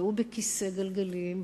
והוא בכיסא גלגלים,